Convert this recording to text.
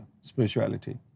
spirituality